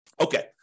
Okay